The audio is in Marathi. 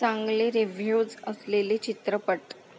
चांगले रीव्ह्यूज असलेले चित्रपट